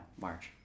March